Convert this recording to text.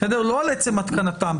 לא על עצם התקנתן.